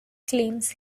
claims